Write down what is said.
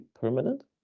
permanent